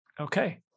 okay